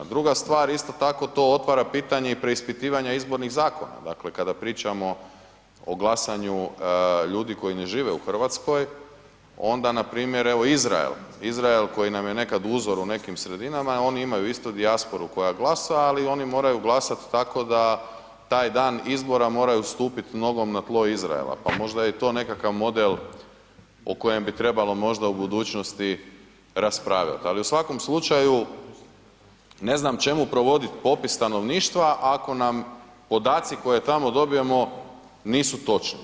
Druga stvar isto tako to otvara pitanje i preispitivanje izbornih zakona, dakle kada pričamo o glasanju ljudi koji ne žive u Hrvatskoj, onda npr. evo Izrael, Izrael koji nam je nekad uzor u nekim sredinama, oni imaju isto dijasporu koja glasa ali oni moraju glasat tako da taj dan izbora moraju stupit nogom na tlo Izraela, pa možda je i to nekakav model o kojem bi trebalo možda u budućnosti raspravljati ali u svakom slučaju, ne znam čemu provoditi popis stanovništva ako nam podaci koje tamo dobijemo nisu točni.